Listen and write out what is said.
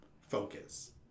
focus